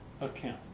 account